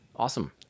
Awesome